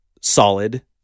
solid